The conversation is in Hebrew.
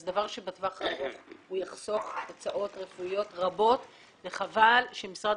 זה דבר שבטווח הארוך הוא יחסוך הוצאות רפואיות רבות וחבל שמשרד